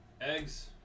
eggs